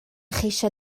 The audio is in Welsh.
cheisio